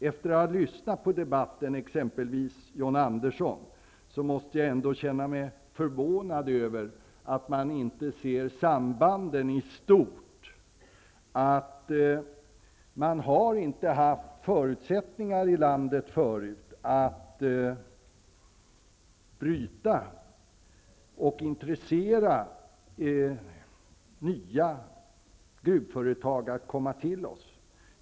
Efter att ha lyssnat på debatten här, exempelvis på John Andersson, känner jag mig förvånad över att man inte ser sambanden i stort, att det tidigare inte har funnits förutsättningar i landet för att bryta och för att intressera nya gruvföretag att komma till oss.